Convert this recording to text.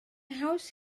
haws